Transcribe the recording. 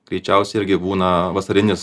greičiausiai irgi būna vasarinis